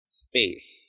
space